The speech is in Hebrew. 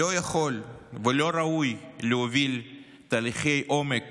לא יכול ולא ראוי להוביל תהליכי עומק